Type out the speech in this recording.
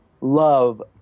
love